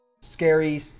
scary